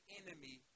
enemy